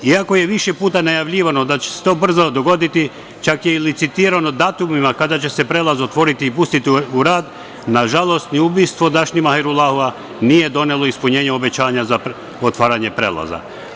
Iako je više puta najavljivano da će se to brzo dogoditi, čak je i licitirano datumima kada će se prelaz otvoriti i pustiti u rad, nažalost ni ubistvo Dašni Hajrulahua nije donelo ispunjenje obećanja za otvaranje prelaza.